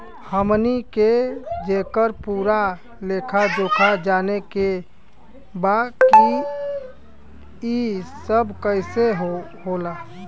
हमनी के जेकर पूरा लेखा जोखा जाने के बा की ई सब कैसे होला?